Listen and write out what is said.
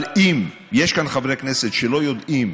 אבל אם יש כאן חברי כנסת שלא יודעים